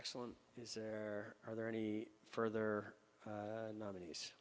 excellent is there are there any further nominees